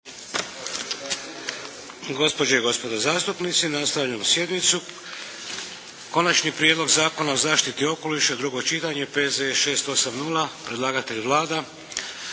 Gospođe i gospodo zastupnici nastavljamo sjednicu. - Konačni prijedlog zakona o zaštiti okoliša, drugo čitanje, P.Z.E. br. 680 Predlagatelj Vlada.